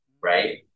right